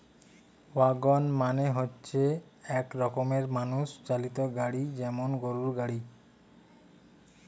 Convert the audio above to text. wagon মানে হচ্ছে এক রকমের মানুষ চালিত গাড়ি যেমন গরুর গাড়ি